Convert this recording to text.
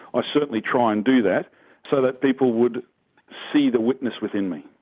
i certainly try and do that so that people would see the witness within me.